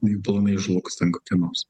jų planai žlugs ten kokie nors